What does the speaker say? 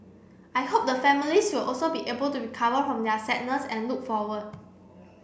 I hope the families will also be able to recover home their sadness and look forward